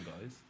guys